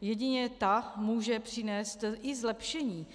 Jedině ta může přinést i zlepšení